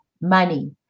money